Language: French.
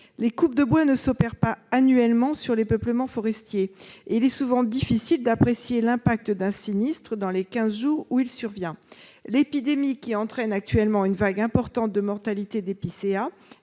les coupes de bois ne s'opèrent pas annuellement sur les peuplements forestiers et il est souvent difficile d'apprécier l'impact d'un sinistre dans les quinze jours où il survient. L'épidémie qui entraîne actuellement une vague importante de mortalité